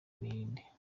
buhinde